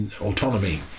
autonomy